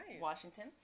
Washington